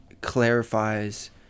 clarifies